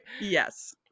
Yes